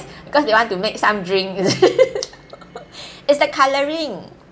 because they want to make some drink is it it's the coloring